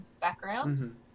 background